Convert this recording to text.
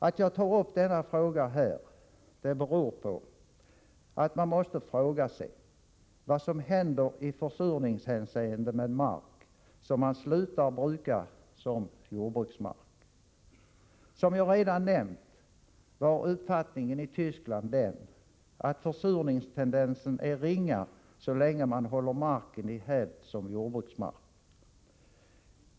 Att jag tar upp denna fråga här beror på att man måste fråga sig vad som händer i försurningshänseende med mark som man slutar bruka som jordbruksmark. Som jag redan nämnt var uppfattningen i Tyskland den att försurningstendensen är ringa så länge man håller marken i hävd som jordbruksmark.